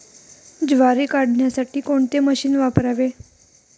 ज्वारी काढण्यासाठी कोणते मशीन वापरावे?